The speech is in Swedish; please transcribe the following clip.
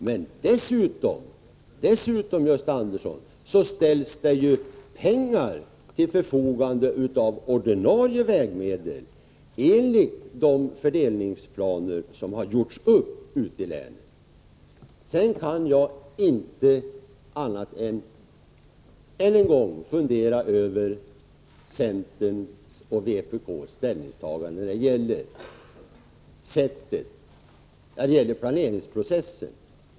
Men dessutom, Gösta Andersson, ställs det pengar till förfogande av ordinarie vägmedel enligt de fördelningsplaner som har gjorts upp ute i länen. Jag kan inte annat än än en gång fundera över centerns och vpk:s ställningstagande när det gäller planeringsprocessen.